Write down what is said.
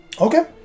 Okay